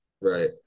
Right